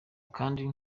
kandi